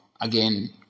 again